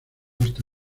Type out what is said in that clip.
hasta